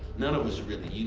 none of us really,